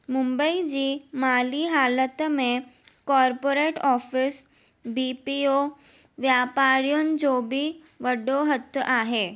मुंबई जी माली हालतु में कॉर्पोरेट ऑफिस बीपीओ व्यापारियुनि जो बि वॾो हथ आहे